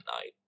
night